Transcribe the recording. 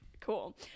Cool